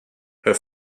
her